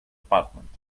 apartment